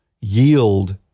yield